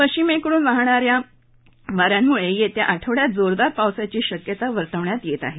पश्चिमेकडून वाहणा या वा यांमुळे येत्या आठवड्यात जोरदार पावसाची शक्यता वर्तवण्यात येत आहे